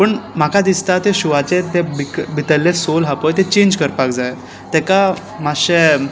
पूण म्हाका दिसता ते शुआचें तें भिक भितरलें सोल हा पळय त चेंज करपाक जाय ताका मातशें